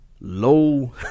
low